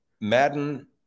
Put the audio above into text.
Madden